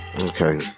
Okay